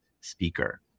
speaker